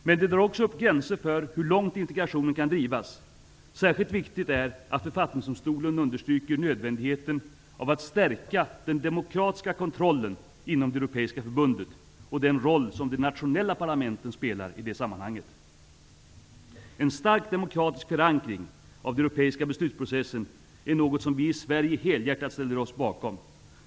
Men det drar också upp gränser för hur långt integrationen kan drivas. Särskilt viktigt är att författningsdomstolen understryker nödvändigheten av att stärka den demokratiska kontrollen inom det europeiska förbundet och den roll som de nationella parlamenten spelar i det sammanhanget. En stark demokratisk förankring av den europeiska beslutsprocessen är något som vi i Sverige helhjärtat ställer oss bakom.